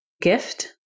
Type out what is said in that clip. gift